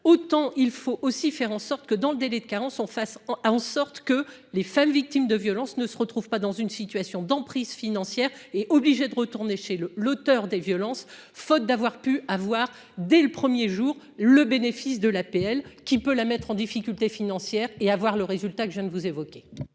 autant il faut aussi faire en sorte que dans le délai de carence, on fasse en sorte que les femmes victimes de violences ne se retrouvent pas dans une situation d'emprise financière et obligé de retourner chez le l'auteur des violences, faute d'avoir pu avoir dès le 1er jour le bénéfice de l'APL qui peut la mettre en difficulté financière et avoir le résultat que je ne vous évoquez.